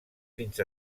fins